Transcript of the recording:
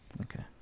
Okay